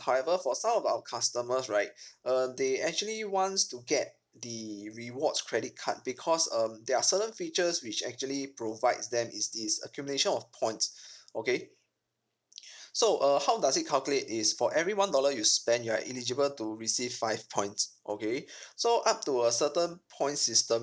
however for some of our customers right uh they actually wants to get the rewards credit card because um there are certain features which actually provides them is this accumulation of points okay so err how does it calculate is for every one dollar you spend you are eligible to receive five points okay so up to a certain point system